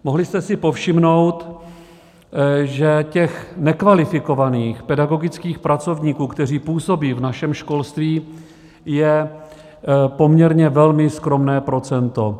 Mohli jste si povšimnout, že těch nekvalifikovaných pedagogických pracovníků, kteří působí v našem školství, je poměrně velmi skromné procento.